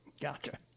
Gotcha